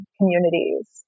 communities